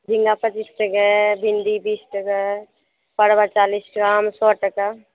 झिङ्गा पच्चीस टके भिण्डी बीस टके परवल चालीस आम सए टके